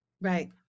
Right